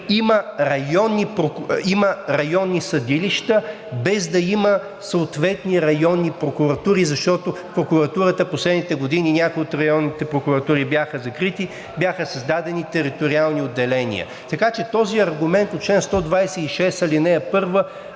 има районни съдилища, без да има съответни райони прокуратури, защото от прокуратурата в последните години някои от районните прокуратури бяха закрити, бяха създадени териториални отделения. Така че този аргумент от чл. 126,